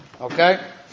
Okay